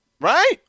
Right